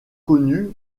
connus